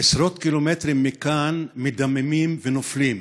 עשרות קילומטרים מכאן מדממים ונופלים,